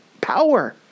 power